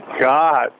god